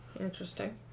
Interesting